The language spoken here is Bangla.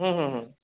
হুম হুম হুম